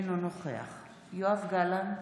אינו נוכח יואב גלנט,